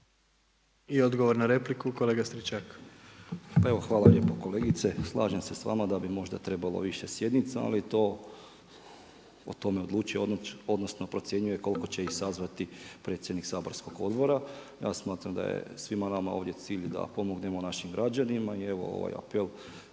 I odgovor na repliku, kolega Stričak. **Stričak, Anđelko (HDZ)** Pa evo hvala lijepo kolegice. Slažem se sa vama da bi možda trebalo više sjednica, ali o tome odlučuje, odnosno procjenjuje koliko će ih sazvati predsjednik saborskih odbora. Ja smatram da je svima nama ovdje cilj da pomognemo našim građanima. I evo ovaj apel